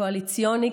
קואליציוני,